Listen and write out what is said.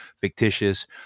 fictitious